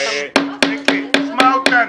מיקי, תשמע אותנו.